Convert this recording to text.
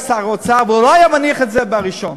שר האוצר והוא לא היה מניח את זה ב-1 בנובמבר.